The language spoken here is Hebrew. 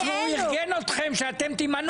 הוא ארגן אתכם שאתם תימנעו.